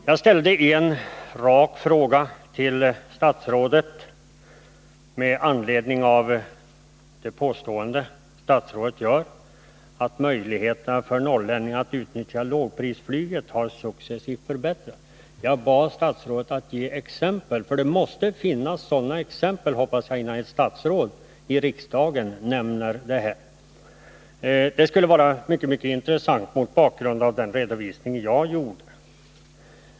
Jag ställde en rak fråga till statsrådet med anledning av det påstående statsrådet gör att möjligheterna för norrlänningarna att utnyttja lågprisflyget successivt har förbättrats. Jag bad statsrådet att ge exempel. Det måste finnas sådana exempel — hoppas jag — innan ett statsråd säger en sådan sak i riksdagen. Dessa exempel skulle vara mycket intressanta mot bakgrund av den redovisning jag gjorde.